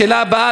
השאלה הבאה,